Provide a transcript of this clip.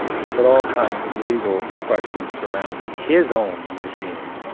but all kinds of legal questions surrounding his own regime and